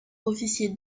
officier